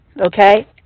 Okay